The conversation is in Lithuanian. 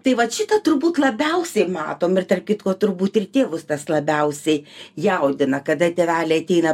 tai vat šitą turbūt labiausiai matom ir tarp kitko turbūt ir tėvus tas labiausiai jaudina kada tėveliai ateina